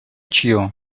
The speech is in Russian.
чье